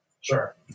Sure